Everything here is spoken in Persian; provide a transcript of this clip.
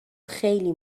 خیلی